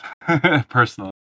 personally